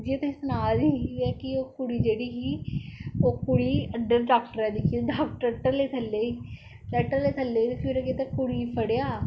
जियां तुसेंगी सनां दी कि जियां कि ओह् कुड़ी जेहड़ी ही ओह् कुड़ी डाॅक्टरें दी ही डाॅक्टर टल्ले थल्ले गी कुड़ी गी फड़ेआ हा